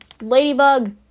ladybug